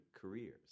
careers